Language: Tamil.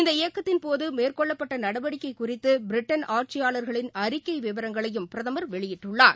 இந்த இயக்கத்தின் போதுமேற்கொள்ளப்பட்டநடவடிக்கைகுறித்துபிரிட்டன் ஆட்சியாளர்களின் அறிக்கைவிவரங்களையும் பிரதமர் வெளியிட்டுள்ளார்